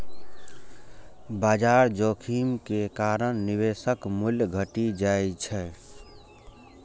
बाजार जोखिम के कारण निवेशक मूल्य घटि जाइ छै